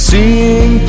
Seeing